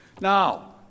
Now